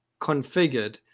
configured